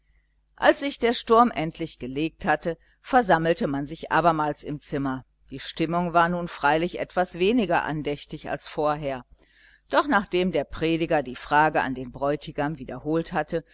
als sich der sturm endlich gelegt hatte versammelte man sich abermals im zimmer die stimmung war freilich etwas weniger andächtig als vorher doch nachdem der prediger die frage an den bräutigam wiederholt hatte